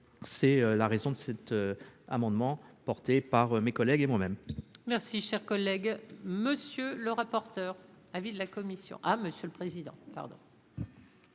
c'est la raison de cet amendement porté par mes collègues et moi-même. Merci, cher collègue, monsieur le rapporteur, avis de la Commission à Monsieur le Président, pardon.